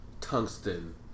Tungsten